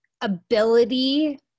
ability